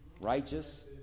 Righteous